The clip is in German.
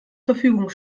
verfügung